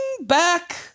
back